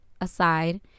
aside